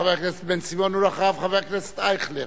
חבר הכנסת בן-סימון, ואחריו, חבר הכנסת אייכלר.